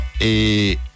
et